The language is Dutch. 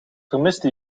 vermiste